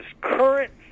current